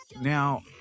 Now